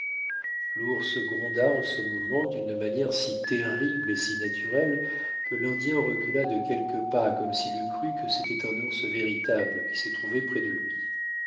l'ours gronda en ce moment d'une manière si terrible et si naturelle que l'indien recula de quelques pas comme s'il eût cru que c'était un ours véritable qui se trouvait près de lui